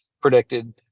predicted